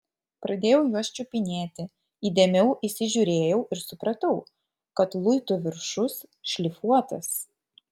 pradėjau juos čiupinėti įdėmiau įsižiūrėjau ir supratau kad luitų viršus šlifuotas